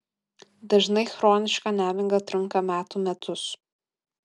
dažnai chroniška nemiga trunka metų metus